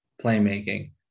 playmaking